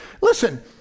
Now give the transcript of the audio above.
Listen